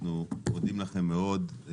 אנחנו מודים לכם מאוד.